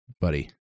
buddy